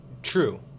True